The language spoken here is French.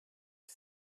que